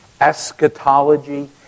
eschatology